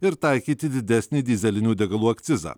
ir taikyti didesnį dyzelinių degalų akcizą